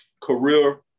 career